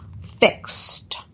fixed